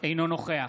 אינו נוכח